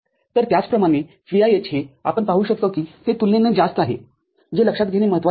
तर त्याचप्रमाणे VIH हे आपण पाहू शकता की ते तुलनेने जास्त आहे जे लक्षात घेणे महत्वाचे आहे